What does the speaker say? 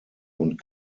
und